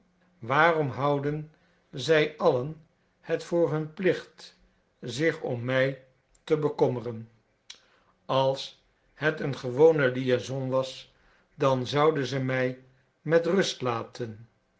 waarom houden zij allen het voor hun plicht zich om mij te bekommeren als het een gewone liaison was dan zouden zij mij met rust laten